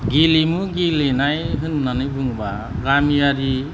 गेलेमु गेलेनाय होन्नानै बुङोबा गामियारि